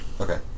Okay